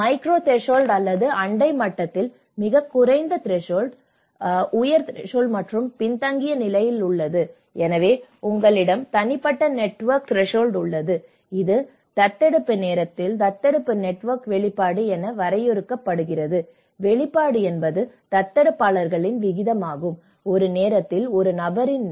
micro threshold அல்லது அண்டை மட்டத்தில் மிகக் குறைந்த வாசல் உயர் வாசல் மற்றும் பின்தங்கிய நிலையில் உள்ளது எனவே உங்களிடம் தனிப்பட்ட நெட்வொர்க் த்ரெஷோள்ட் உள்ளது இது தத்தெடுப்பு நேரத்தில் தத்தெடுப்பு நெட்வொர்க் வெளிப்பாடு என வரையறுக்கப்படுகிறது வெளிப்பாடு என்பது தத்தெடுப்பாளர்களின் விகிதமாகும் ஒரு நேரத்தில் ஒரு நபரின் நபர் பிணையம்